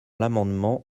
l’amendement